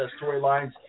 storylines